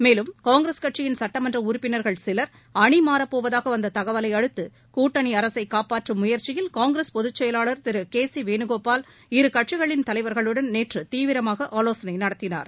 மேலும் காங்கிரஸ் கட்சியின் சட்டமன்ற உறுப்பினர்கள் சிலர் அணிமாறப்போவதாக வந்த தகவலை அடுத்து கூட்டணி அரசை காப்பாற்றும் முயற்சியில் காங்கிரஸ் பொதுச் செயலாளர் திரு கே சி வேணுகோபால் இருகட்சிகளின் தலைவர்களுடன் நேற்று தீவிரமாக ஆவோசனை நடத்தினார்